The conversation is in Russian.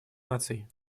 наций